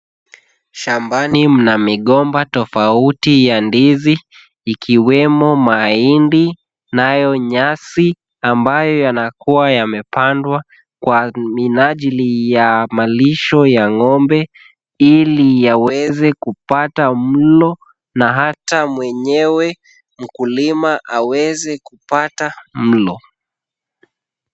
Shambani kuna migomba tofauti ya ndizi ikiwemo mahindi, nayo nyasi yaliyo kuwa yamepandwa kwa minajili ya malisho ya ng'ombe, ili yaweze kupita mlo na hata mwenyewe, mkulima aweze kupata mlo.